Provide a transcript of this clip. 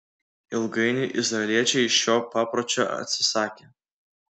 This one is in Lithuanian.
ilgainiui izraeliečiai šio papročio atsisakė